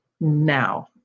now